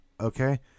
okay